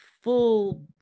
full